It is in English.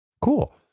Cool